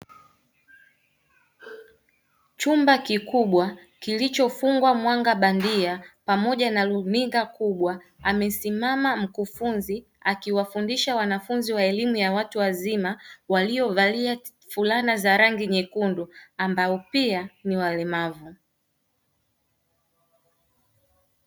Chumba kikubwa kilichofungwa mwanga bandia pamoja na runinga kubwa, amesimama mkufunzi akiwafundisha wanafunzi wa elimu ya watu wazima waliovalia fulana za rangi nyekundu ambao pia ni walemavu.